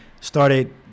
started –